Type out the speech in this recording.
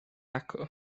acw